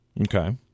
Okay